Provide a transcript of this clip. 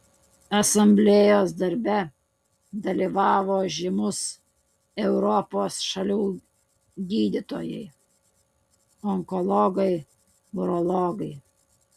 asamblėjos darbe dalyvavo žymūs europos šalių gydytojai onkologai urologai